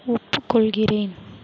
ஒப்புக்கொள்கிறேன்